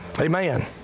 Amen